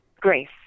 grace